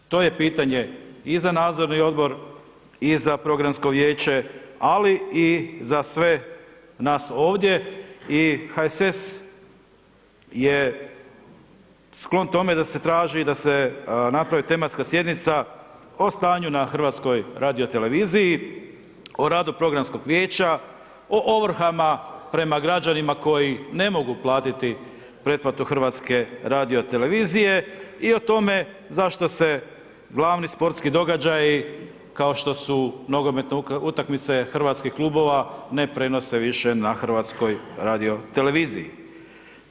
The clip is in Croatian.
To je pitanje i za nadzorni odbor i za programsko vijeće, ali i za sve nas ovdje i HSS je sklon tome da se traži i da se napravi tematska sjednica o stanju na HRT-u, o radu programskog vijeća, o ovrhama prema građanima koji ne mogu platiti pretplatu HRT-a i o tome zašto se glavni sportski događaji, kao što su nogometne utakmice hrvatskih klubova ne prenose više na HRT-u.